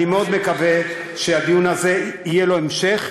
אני מאוד מקווה שהדיון הזה, יהיה לו המשך.